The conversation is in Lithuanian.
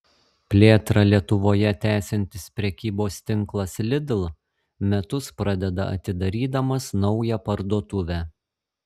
plėtrą lietuvoje tęsiantis prekybos tinklas lidl metus pradeda atidarydamas naują parduotuvę